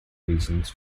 reasons